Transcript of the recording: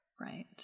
right